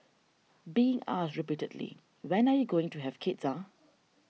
being asked repeatedly when are you going to have kids ah